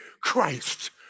Christ